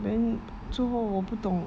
then 最后我不懂